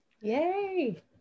Yay